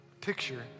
picture